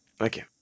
Okay